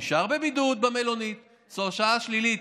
הוא נשאר בבידוד במלונית, התוצאה שלילית,